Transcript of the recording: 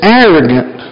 arrogant